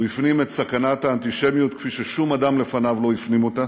הוא הפנים את סכנת האנטישמיות כפי ששום אדם לפניו לא הפנים אותה.